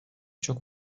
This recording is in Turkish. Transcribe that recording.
çok